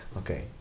okay